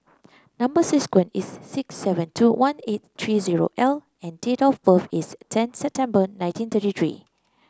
number sequence is S six seven two one eight three zero L and date of birth is ten September nineteen thirty three